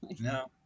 No